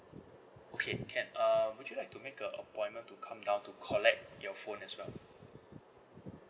okay can err would you like to make a appointment to come down to collect your phone as well